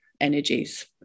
energies